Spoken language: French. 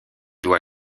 doit